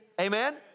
Amen